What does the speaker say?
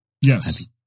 Yes